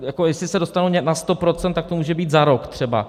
Jako jestli se dostanou na 100 %, tak to může být za rok třeba.